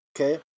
Okay